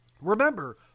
Remember